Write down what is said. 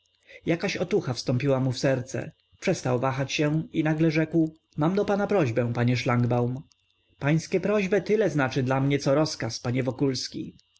jakaś otucha wstąpiła mu w serce przestał wahać się i nagle rzekł mam do pana prośbę panie szlangbaum pańskie prośbe tyle znaczy dla mnie co rozkaz panie wokulski